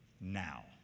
now